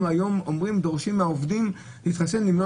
היום דורשים מהעובדים להתחסן כי אם לא,